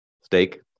steak